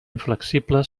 inflexible